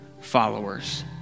followers